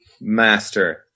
Master